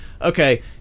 Okay